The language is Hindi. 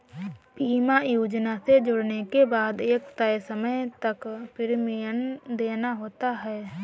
बीमा योजना से जुड़ने के बाद एक तय समय तक प्रीमियम देना होता है